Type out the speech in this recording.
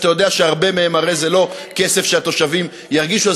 שאתה יודע שהרבה מהם הרי זה לא כסף שהתושבים ירגישו.